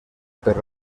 per